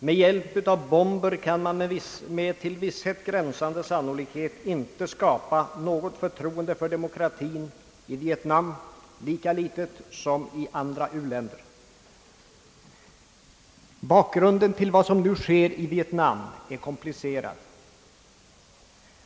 Med hjälp av bomber kan man med till visshet gränsande sannolikhet inte skapa något förtroende för demokratien i Vietnam, lika litet som i andra u-länder. Bakgrunden till vad som nu sker i Vietnam är komplicerad.